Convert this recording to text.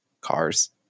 cars